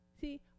See